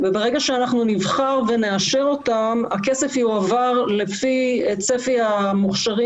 וברגע שאנחנו נבחר ונאשר אותן הכסף יועבר לפי צפי המוכשרים